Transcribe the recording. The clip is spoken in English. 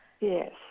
Yes